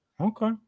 Okay